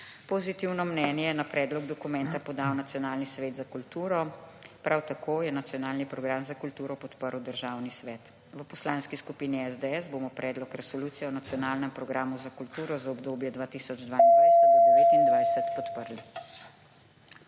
Pozitivno mnenje je na predlog dokumenta podal nacionalni svet za kulturo. Prav tako je nacionalni program za kulturo podprl Državni svet. V Poslanski skupini SDS bomo Predlog resolucije o nacionalnem programu za kulturo za obdobje 2022-2029 podprli.